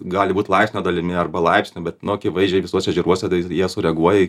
gali būt laipsnio dalimi arba laipsniu bet nu akivaizdžiai visuose ežeruose tai jie sureaguoja į